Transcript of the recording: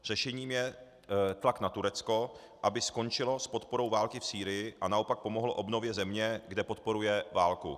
Řešením je tlak na Turecko, aby skončilo s podporou války v Sýrii a naopak pomohlo obnově země, kde podporuje válku.